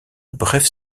brefs